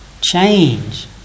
Change